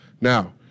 Now